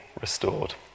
restored